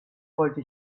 wollte